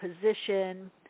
position